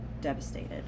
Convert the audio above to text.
devastated